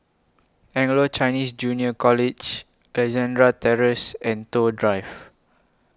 Anglo Chinese Junior College Alexandra Terrace and Toh Drive